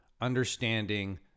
understanding